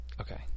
Okay